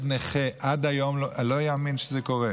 עד היום ילד נכה, לא ייאמן שזה קורה,